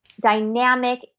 dynamic